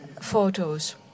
photos